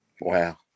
Wow